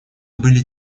были